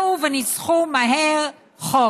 וניסחו מהר חוק.